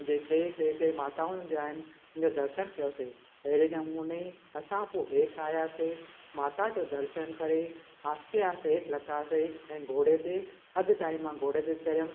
मुंहिंजे टे माताउनि जा आहिनि उनजो दर्शनु कयोसीं अहिड़े नमूने असां पोइ हेठि आयासीं माता जो दर्शनु करे आहिस्ते आहिस्ते हेठि लथासीं ऐं घोड़े ते अधु टाइम मां घोड़े ते चढ़ियमि